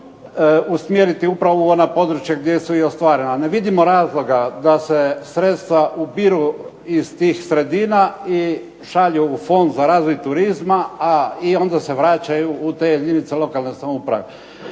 usmjeriti upravo u ona područja gdje su i ostvarena. Ne vidimo razloga se sredstva ubiru iz tih sredina i šalju u Fond za razvoj turizma i onda se vraćaju u te jedinice lokalne samouprave.